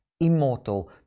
immortal